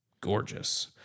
gorgeous